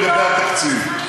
לגבי התקציב,